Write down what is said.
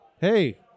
Hey